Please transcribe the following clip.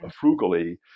frugally